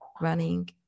running